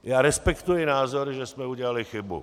Já respektuji názor, že jsme udělali chybu.